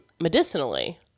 medicinally